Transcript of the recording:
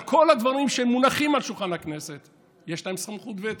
על כל הדברים שמונחים על שולחן הכנסת יש להם סמכות וטו.